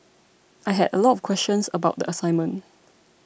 I had a lot of questions about the assignment